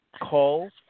calls